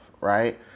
right